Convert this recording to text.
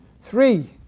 Three